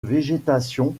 végétation